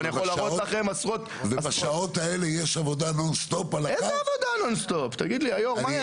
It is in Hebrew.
אני יכול להראות לכם עשרות -- ובשעות האלה יש עבודה "נון-סטופ" על